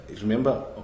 remember